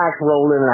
rolling